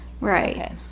Right